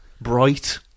Bright